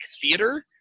theater